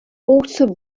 also